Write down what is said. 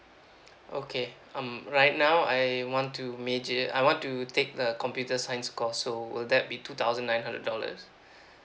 okay um right now I want to major I want to take uh computer science course so will that be two thousand nine hundred dollars